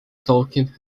talking